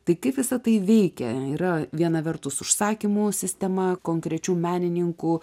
tai kaip visa tai veikia yra viena vertus užsakymų sistema konkrečių menininkų